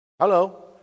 Hello